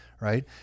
right